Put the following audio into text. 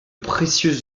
précieux